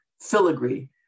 filigree